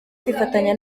kwifatanya